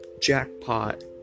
jackpot